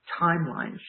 timelines